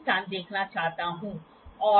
sin θ equal to h by L